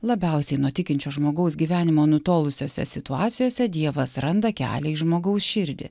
labiausiai nuo tikinčio žmogaus gyvenimo nutolusiose situacijose dievas randa kelią į žmogaus širdį